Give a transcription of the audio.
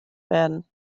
werden